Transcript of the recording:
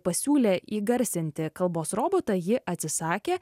pasiūlė įgarsinti kalbos robotą ji atsisakė